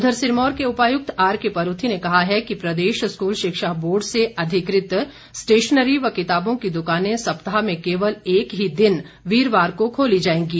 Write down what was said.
उधर सिरमौर के उपायुक्त आरके परूथी ने कहा है कि प्रदेश स्कूल शिक्षा बोर्ड से अधिकृत स्टेशनरी व किताबों की दुकानें सप्ताह में केवल एक ही दिन वीरवार को खोली जाएंगी